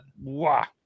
Wow